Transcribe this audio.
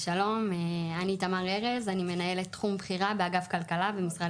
אני מנהלת תחום בכירה באגף כלכלה במשרד